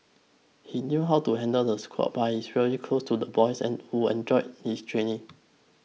he knew how to handle the squad but he's really close to the boys and who enjoyed his training